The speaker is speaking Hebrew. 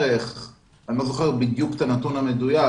אני לא זוכר בדיוק את הנתון המדויק,